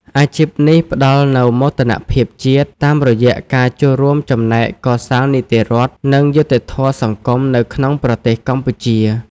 អាជីពនេះផ្តល់នូវមោទនភាពជាតិ តាមរយៈការចូលរួមចំណែកកសាងនីតិរដ្ឋ និងយុត្តិធម៌សង្គមនៅក្នុងប្រទេសកម្ពុជា។